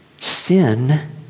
sin